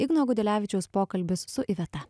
igno gudelevičiaus pokalbis su iveta